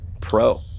pro